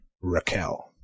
Raquel